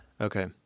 Okay